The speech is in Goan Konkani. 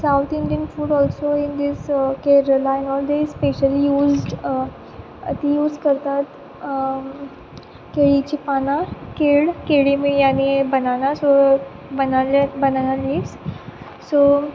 south Indian food also in these occasion specially used use करतात केळीचीं पानां केळ केळीबियां आनी banana so banana banana leaves so